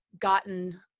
gotten